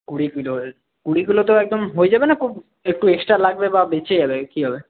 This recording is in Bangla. কুড়ি কিলো কুড়ি কিলোতে একদম হয়ে যাবে না একটু এক্সট্রা লাগবে বা বেঁচে যাবে কী হবে